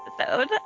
episode